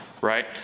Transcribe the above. right